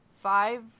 five